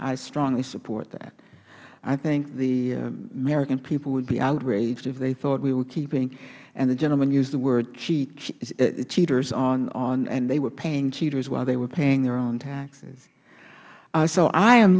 i strongly support that i think the american people would be outraged if they thought we were keeping and the gentleman used the word cheaters on and they were paying cheaters while they were paying their own taxes so i am